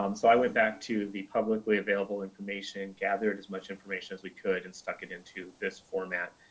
um so i went back to the publicly available information gathered as much information as we could and stuck it into this format.